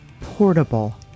portable